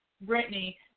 Brittany